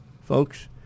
folks